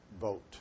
vote